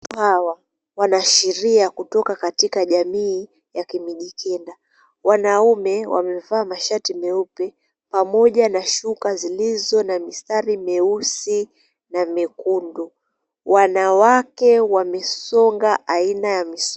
Hawa wanaashiria kutoka katika jamii ya kimijikenda. Wanaume wamevaa mashati meupe pamoja na shuka zilizo na mistari meusi na mekundu. Wanawake wamesonga aina ya...